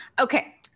Okay